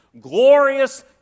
glorious